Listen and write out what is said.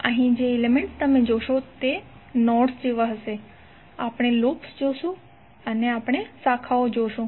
અહીં જે એલિમેન્ટ્સ તમે જોશો તે નોડસ જેવા હશે આપણે લૂપ જોશું અથવા આપણે શાખાઓ જોશું